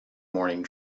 morning